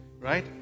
right